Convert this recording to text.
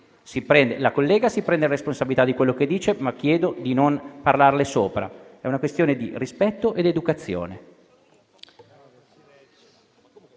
la collega si prende la responsabilità di quello che dice, ma chiedo di non parlarle sopra. È una questione di rispetto e di educazione.